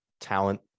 talent